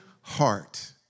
heart